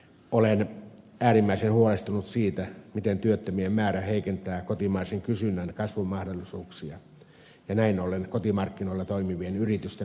olen äärimmäisen huolestunut siitä miten työttömien määrä heikentää kotimaisen kysynnän kasvumahdollisuuksia ja näin ollen kotimarkkinoilla toimivien yritysten mahdollisuuksia